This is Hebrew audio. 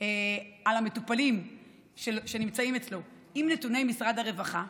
על המטופלים שנמצאים אצלו עם נתוני משרד הרווחה,